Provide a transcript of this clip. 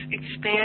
expand